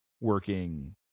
working